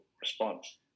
response